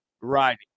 Right